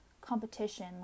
competition